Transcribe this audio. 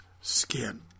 skin